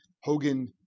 Hogan